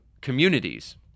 communities